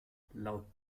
laut